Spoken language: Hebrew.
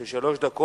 יש לך שלוש דקות: